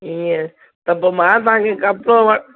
इहो त पोइ मां तव्हांखे कपिड़ो व